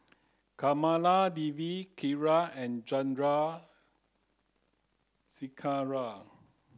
Kamaladevi Kiran and Chandrasekaran